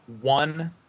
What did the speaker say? one